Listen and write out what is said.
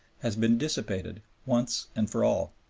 has been dissipated once and for all.